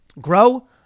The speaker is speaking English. Grow